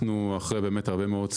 לאחר באמת הרבה מאוד סבבים,